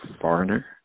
foreigner